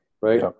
right